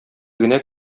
генә